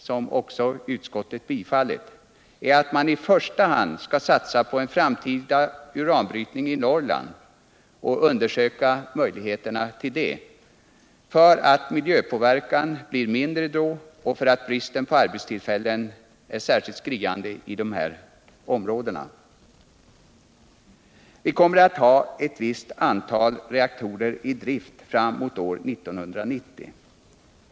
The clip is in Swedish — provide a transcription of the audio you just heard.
som utskottet biträtt, är att man i första hand skall satsa på en undersökning av möjligheterna till en framtida uranbrytning i Norrland, eftersom miljöpåverkan där bli mindre och eftersom bristen på arbetstillfällen är särskilt skriande i detta område. Vi kommer att ha eu visst antal reaktorer i drift framemot år 1990.